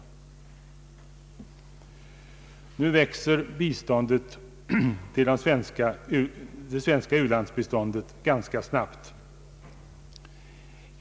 Nu växer anslagen till det svenska ulandsbiståndet ganska snabbt.